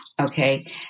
okay